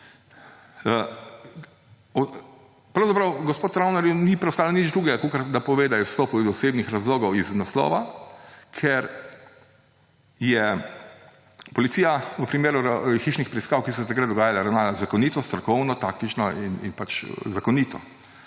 Pravzaprav gospodu Travnerju ni preostalo nič drugega, kakor da pove, da je odstopil iz osebnih razlogov, z naslova, ker je policija v primeru hišnih preiskav, ki so se takrat dogajale, ravnala zakonito, strokovno, taktično in pač zakonito.